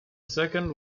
second